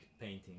painting